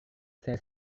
saya